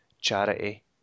charity